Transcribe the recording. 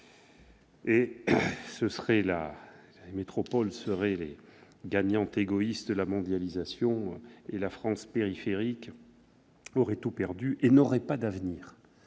France des métropoles serait la gagnante égoïste de la mondialisation et la France périphérique aurait tout perdu et n'aurait pas d'avenir.